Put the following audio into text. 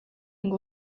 ngo